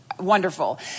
Wonderful